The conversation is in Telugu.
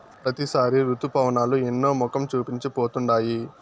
ప్రతిసారి రుతుపవనాలు ఎన్నో మొఖం చూపించి పోతుండాయి